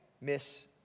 miss